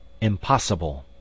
Impossible